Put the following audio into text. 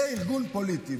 זה ארגון פוליטי.